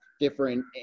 different